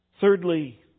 Thirdly